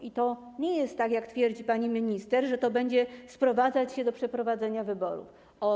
I to nie jest tak, jak twierdzi pani minister, że to będzie sprowadzać się do kwestii przeprowadzenia wyborów.